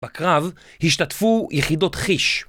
בקרב השתתפו יחידות חי"ש